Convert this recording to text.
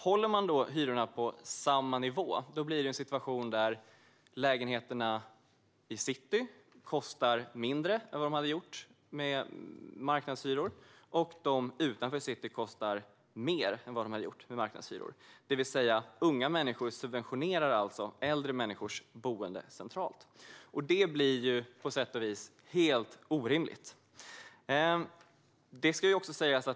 Håller man hyrorna på samma nivå blir det en situation där lägenheterna i city kostar mindre än vad de hade gjort med marknadshyror, och lägenheterna utanför city kostar mer än vad de hade gjort med marknadshyror. Det innebär alltså att unga människor subventionerar äldre människors boende centralt. Det blir på sätt och vis helt orimligt.